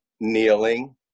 kneeling